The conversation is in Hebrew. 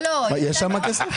שם יש כסף?